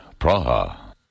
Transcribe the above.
Praha